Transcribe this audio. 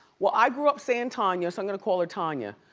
well i grew up saying tanya so i'm gonna call her tanya.